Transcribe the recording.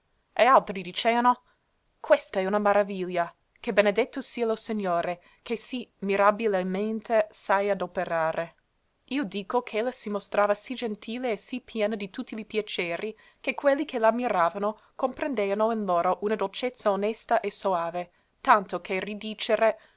e altri diceano questa è una maraviglia che benedetto sia lo segnore che sì mirabilemente sae adoperare io dico ch'ella si mostrava sì gentile e sì piena di tutti li piaceri che quelli che la miravano comprendeano in loro una dolcezza onesta e soave tanto che ridìcere